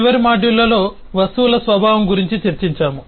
చివరి మాడ్యూల్లో వస్తువుల స్వభావం గురించి చర్చించాము